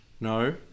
No